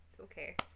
okay